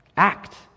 Act